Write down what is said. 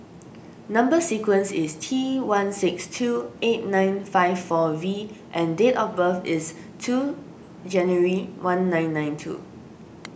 Number Sequence is T one six two eight nine five four V and date of birth is two January one nine nine two